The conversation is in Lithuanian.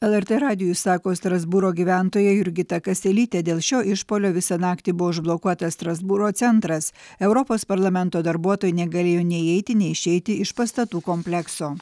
lrt radijui sako strasbūro gyventoja jurgita kaselytė dėl šio išpuolio visą naktį buvo užblokuotas strasbūro centras europos parlamento darbuotojai negalėjo nei įeiti nei išeiti iš pastatų komplekso